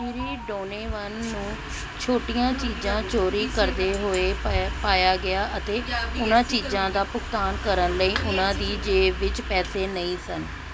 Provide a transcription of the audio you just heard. ਸ਼੍ਰੀ Donovan ਨੂੰ ਛੋਟੀਆਂ ਚੀਜ਼ਾਂ ਚੋਰੀ ਕਰਦੇ ਹੋਏ ਪ ਪਾਇਆ ਗਿਆ ਅਤੇ ਉਨ੍ਹਾਂ ਚੀਜ਼ਾਂ ਦਾ ਭੁਗਤਾਨ ਕਰਨ ਲਈ ਉਨ੍ਹਾਂ ਦੀ ਜੇਬ ਵਿੱਚ ਪੈਸੇ ਨਹੀਂ ਸਨ